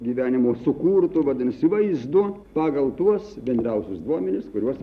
gyvenimo sukurtu vadinasi vaizdu pagal tuos bendriausius duomenis kuriuos